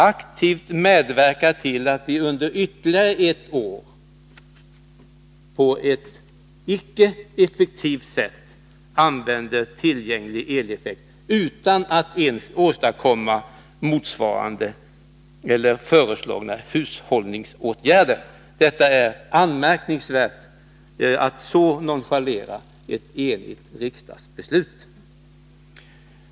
De medverkade aktivt till att vi under ytterligare ett år på ett icke effektivt sätt använde tillgänglig eleffekt, utan att ens vidta de föreslagna hushållningsåtgärderna. Det är anmärkningsvärt att på detta sätt nonchalera ett enigt riksdagsbeslut.